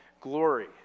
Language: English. glory